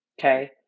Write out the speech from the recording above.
Okay